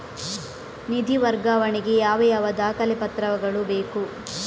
ನಿಧಿ ವರ್ಗಾವಣೆ ಗೆ ಯಾವ ಯಾವ ದಾಖಲೆ ಪತ್ರಗಳು ಬೇಕು?